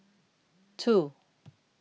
two